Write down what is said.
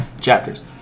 Chapters